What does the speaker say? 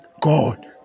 God